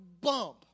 bump